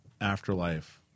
Afterlife